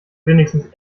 wenigstens